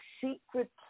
secret